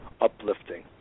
uplifting